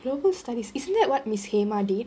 global studies isn't that what miss hema did